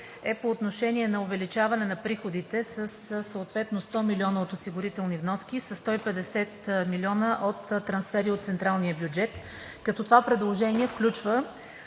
е по отношение на увеличаване на приходите със съответно 100 милиона от осигурителни вноски и със 150 милиона от трансфери от централния бюджет, като това предложение включва